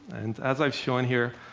and as i've shown here,